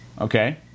okay